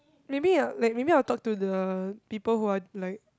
maybe uh like maybe I'll talk to the people who are like